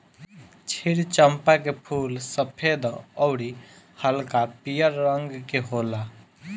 क्षीर चंपा के फूल सफ़ेद अउरी हल्का पियर रंग के होला